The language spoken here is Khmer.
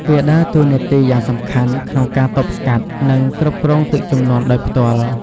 វាដើរតួនាទីយ៉ាងសំខាន់ក្នុងការទប់ស្កាត់ និងគ្រប់គ្រងទឹកជំនន់ដោយផ្ទាល់។